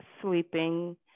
sleeping